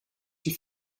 die